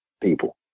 people